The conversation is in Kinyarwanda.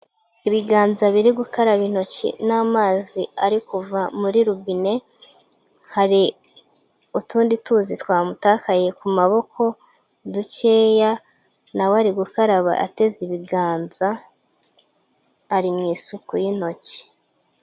Ibiganza biri gukaraba intoki n'amazi ari kuva muri robine. Hari utundi tuzi twamutakaye ku maboko dukeya, nawe ari gukaraba ateze ibiganza, ari mu isuku y'intoki.